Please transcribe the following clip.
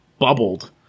bubbled